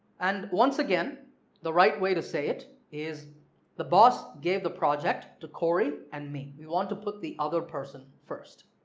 and once again the right way to say it is the boss gave the project to coery and me. we want to put the other person first.